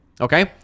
Okay